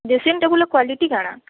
dressing ଟେବୁଲର quality କ'ଣ